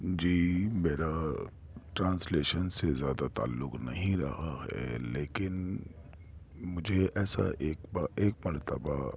جی میرا ٹرانسلیشن سے زیادہ تعلق نہیں رہا ہے لیکن مجھے ایسا ایک با ایک مرتبہ